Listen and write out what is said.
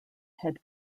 head